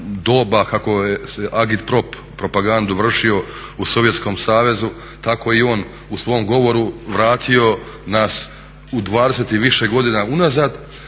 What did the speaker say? doba, kako je agit prop, propagandu vršio u Sovjetskom savezu, tako je i on u svom govoru vratio nas u 20 i više godina unazad,